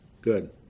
Good